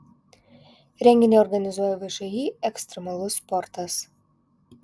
renginį organizuoja všį ekstremalus sportas